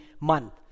month